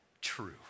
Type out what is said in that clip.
true